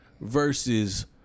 versus